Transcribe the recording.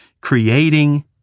creating